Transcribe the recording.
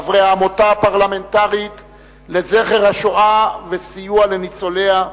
חברי העמותה הפרלמנטרית לזכר השואה וסיוע לניצוליה,